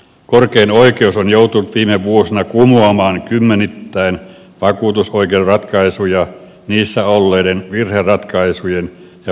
korkein oikeus on joutunut viime vuosina kumoamaan kymmenittäin vakuutusoikeuden ratkaisuja niissä olleiden virheratkaisujen ja perustelemattomuuksien takia